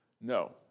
No